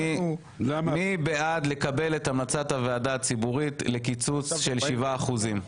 מי בעד לקבל את המלצת הוועדה הציבורית לקיצוץ של 7%?